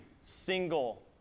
single